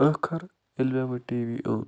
ٲخٕر ییٚلہِ مےٚ وۄنۍ ٹی وی اوٚن